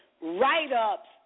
write-ups